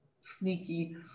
sneaky